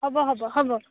হ'ব হ'ব হ'ব